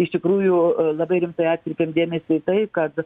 iš tikrųjų labai rimtai atkreipėm dėmesį į tai kad